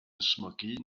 ysmygu